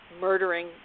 murdering